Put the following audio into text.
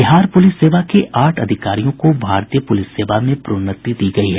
बिहार पुलिस सेवा के आठ अधिकारियों को भारतीय पुलिस सेवा में प्रोन्नति दी गई है